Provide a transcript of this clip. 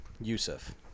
Yusuf